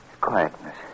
quietness